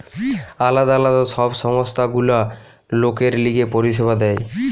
আলদা আলদা সব সংস্থা গুলা লোকের লিগে পরিষেবা দেয়